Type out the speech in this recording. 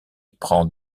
prend